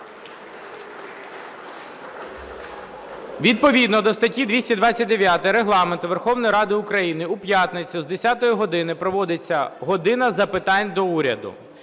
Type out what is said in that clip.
Відповідно до статті 229 Регламенту Верховної Ради України в п'ятницю з 10 години проводиться "година запитань до Уряду".